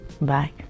bye